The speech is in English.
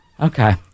Okay